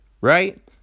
right